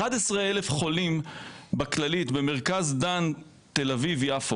11,000 חולים בכללית במרכז דן תל-אביב יפו